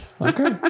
Okay